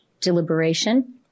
deliberation